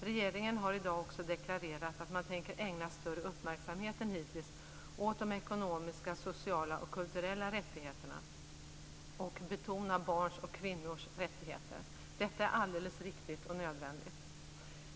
Regeringen har i dag också deklarerat att man tänker ägna större uppmärksamhet än hittills åt de ekonomiska, sociala och kulturella rättigheterna och betona barns och kvinnors rättigheter. Detta är alldeles riktigt och nödvändigt.